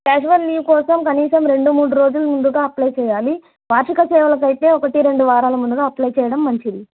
casual leave కోసం కనీసం రెండు మూడు రోజుల ముందుగా అప్లై చేయాలి వార్షిక సెలవులకు అయితే ఒకటి రెండు వారాల ముందుగా అప్లై చేయడం మంచిది